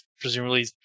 Presumably